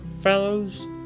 fellows